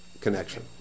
connection